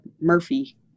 Murphy